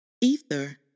Ether